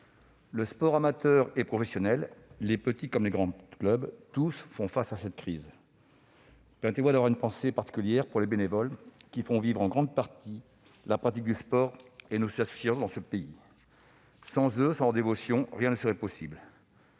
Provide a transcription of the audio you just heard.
Le sport amateur et professionnel, les petits comme les grands clubs, tous font face à cette crise. Permettez-moi d'avoir une pensée particulière pour les bénévoles, qui font vivre en grande partie la pratique du sport et nos associations dans notre pays. Sans eux, sans leur dévotion rien ne serait possible.